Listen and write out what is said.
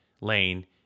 lane